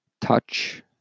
touch